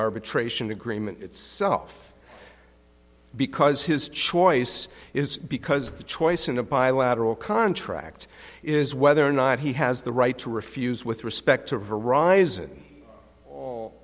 arbitration agreement itself because his choice is because the choice in a bilateral contract is whether or not he has the right to refuse with respect to